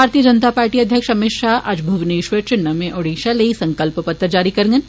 भारतीय जनता पार्टी अध्यक्ष अमित शाह अज्ज भुवनेश्वर इच नमें ओडिशा लेई संकल्प पत्र जारी करङन